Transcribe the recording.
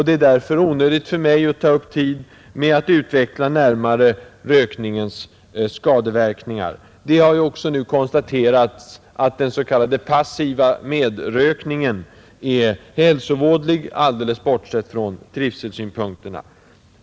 Det är därför onödigt att nu ta upp tid med att närmare utveckla rökningens skadeverkningar. Det har ju konstaterats att också den s.k. passiva medrökningen är hälsovådlig, alldeles bortsett från trivselsynpunkterna.